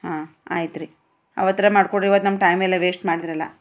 ಹಾಂ ಆಯ್ತ್ರಿ ಅವತ್ತರ ಮಾಡ್ಕೊಡಿ ಇವತ್ತು ನಮ್ಮ ಟೈಮೆಲ್ಲ ವೇಸ್ಟ್ ಮಾಡಿದ್ರಲ್ಲ